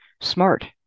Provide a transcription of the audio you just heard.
smart